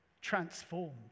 transformed